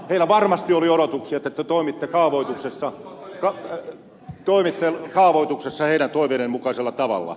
niillä varmasti oli odotuksia että te toimitte kaavoituksessa niiden toiveiden mukaisella tavalla